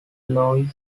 loy